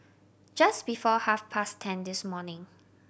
just before half past ten this morning